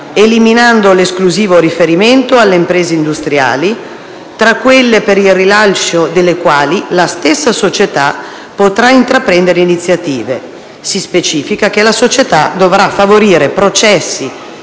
eliminando l'esclusivo riferimento alle imprese industriali tra quelle per il rilancio delle quali la stessa società potrà intraprendere iniziative; si specifica che la società dovrà favorire processi